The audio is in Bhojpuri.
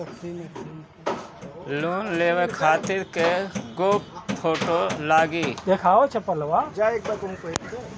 लोन लेवे खातिर कै गो फोटो लागी?